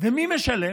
ומי משלם?